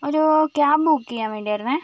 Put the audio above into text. ഒരു cab book ചെയ്യാൻ വേണ്ടിയായിരുന്നേ